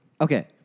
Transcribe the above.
Okay